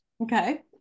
okay